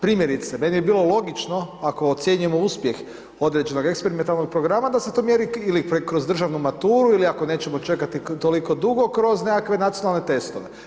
Primjerice, meni bi bilo logično ako ocjenjujemo uspjeh određenog eksperimentalnog programa da se to mjeri, ili kroz državnu maturu, ili ako nećemo čekati toliko dugo kroz nekakve nacionalne testove.